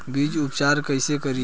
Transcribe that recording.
बीज उपचार कईसे करी?